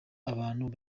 abantu